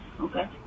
Okay